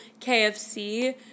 KFC